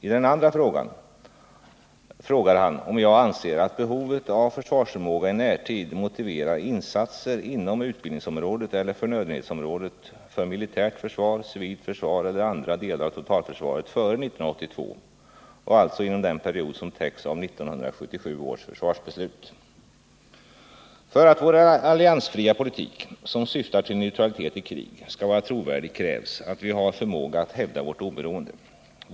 I den andra frågar han om jag anser att behovet av försvarsförmåga i närtid motiverar insatser inom utbildningsområdet eller 205 förnödenhetsområdet för militärt försvar, civilt försvar eller andra delar av totalförsvaret före 1982 och alltså inom den period som täcks av 1977 års försvarsbeslut. För att vår alliansfria politik, som syftar till neutralitet i krig, skall vara trovärdig krävs att vi har förmåga att hävda vårt oberoende.